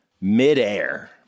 midair